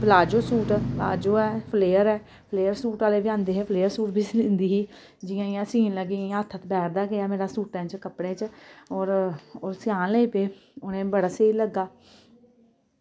palazzo suit palazzo ऐ flare ऐ flare suit आह्ले बी आंदे हे फ्लेअर सूट बी सीह्ंदी ही जियां जियां सीह्न लगी इ'यां हत्थ बैठदा गेआ मेरा सूटें च कपड़ें च और ओह् सेआन लग्गी पे उनें वी बड़ा स्हेई लग्गा